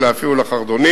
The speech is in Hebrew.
אלא אפילו לחרדונים.